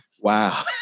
Wow